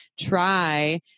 try